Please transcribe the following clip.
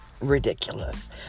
ridiculous